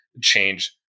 change